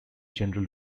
general